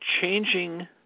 changing